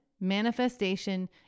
manifestation